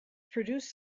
produced